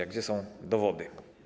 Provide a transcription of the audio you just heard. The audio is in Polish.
A gdzie są dowody?